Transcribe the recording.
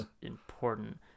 important